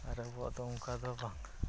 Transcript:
ᱟᱨ ᱟᱵᱚᱣᱟᱜ ᱫᱚ ᱚᱝᱠᱟᱫᱚ ᱵᱟᱝ